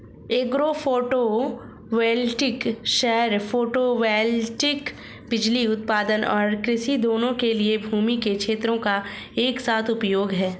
agro photovoltaic सौर photovoltaic बिजली उत्पादन और कृषि दोनों के लिए भूमि के क्षेत्रों का एक साथ उपयोग है